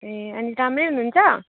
ए अनि राम्रै हुनुहुन्छ